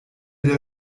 der